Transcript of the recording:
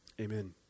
Amen